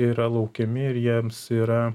yra laukiami ir jiems yra